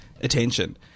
attention